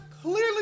Clearly